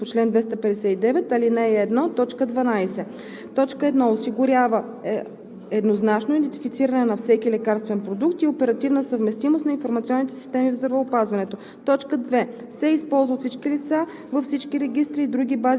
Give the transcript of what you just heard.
Националният номер за идентификация на лекарствения продукт по чл. 259, ал. 1, т. 12: 1. осигурява еднозначно идентифициране на всеки лекарствен продукт и оперативна съвместимост на информационните системи в здравеопазването;